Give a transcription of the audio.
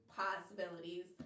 possibilities